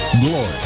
glory